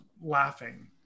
laughing